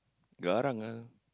garang ah